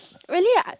really [what]